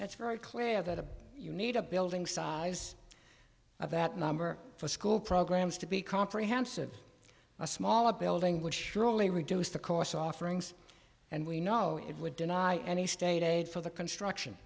that's very clear that a you need a building size of that number for school programs to be comprehensive a smaller building would surely reduce the cost offerings and we know it would deny any state aid for the construction